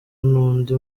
n’undi